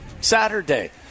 Saturday